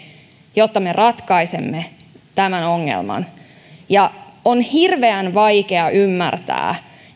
jotta me ratkaisemme tämän ongelman on hirveän vaikea ymmärtää